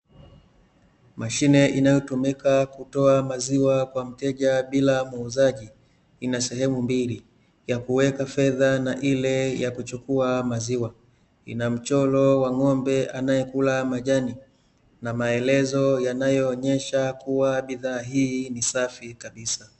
Mashine inayotumika kutoa maziwa kwa mteja bila muuzaji, ina sehemu mbili ya kuweka fedha na ile ya kuchukua maziwa. Ina mchoro wa ng'ombe anayekula majani na maelezo yanayoonyesha kuwa bidhaa hii ni safi kabisa.